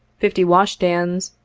fifty washstands,